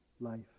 life